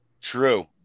True